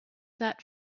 that